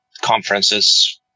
conferences